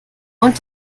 und